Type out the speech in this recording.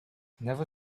never